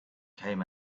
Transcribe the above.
came